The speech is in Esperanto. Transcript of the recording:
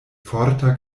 forta